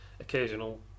occasional